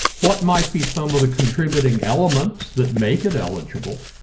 what might be some of the contributing elements that make it eligible?